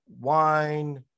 wine